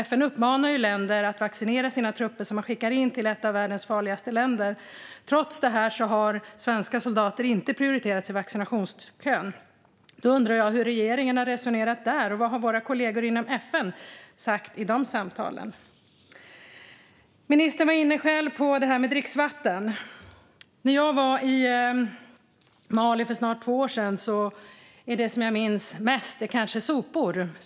FN uppmanar länder att vaccinera de trupper som skickas till ett av världens farligaste länder. Trots detta har svenska soldater inte prioriterats i vaccinationskön. Då undrar jag: Hur har regeringen resonerat där, och vad har våra kollegor inom FN sagt i de samtalen? Ministern var inne på det här med dricksvatten. Jag var i Mali för snart två år sedan, och det som jag minns mest är kanske sopor.